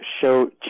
show